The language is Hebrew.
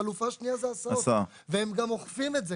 חלופה שנייה אלה ההסעות והם גם אוכפים את זה.